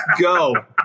go